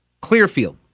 Clearfield